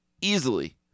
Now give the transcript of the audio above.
Easily